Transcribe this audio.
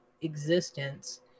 existence